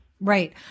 Right